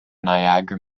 niagara